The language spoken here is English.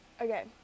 okay